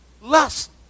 Lust